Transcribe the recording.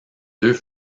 deux